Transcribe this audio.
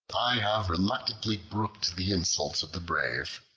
i have reluctantly brooked the insults of the brave,